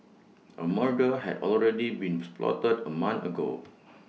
A murder had already beans plotted A month ago